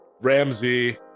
ramsey